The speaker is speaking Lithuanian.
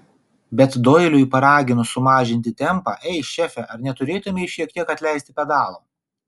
bet doiliui paraginus sumažinti tempą ei šefe ar neturėtumei šiek tiek atleisti pedalo